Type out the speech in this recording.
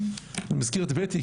אני מזכיר את בטי,